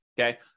okay